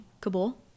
Kabul